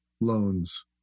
loans